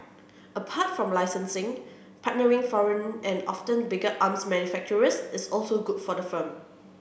apart from licencing partnering foreign and often bigger arms manufacturers is also good for the firm